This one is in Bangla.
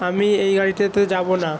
আমি এই গাড়িটাতে যাবো না